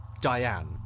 Diane